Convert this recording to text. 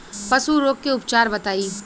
पशु रोग के उपचार बताई?